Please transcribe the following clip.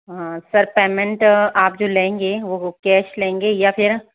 हाँ sir payment आप जो लेंगे वो केश लेंगे या फिर